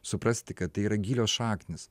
suprasti kad tai yra gilios šaknys